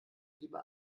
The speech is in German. lieber